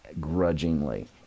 grudgingly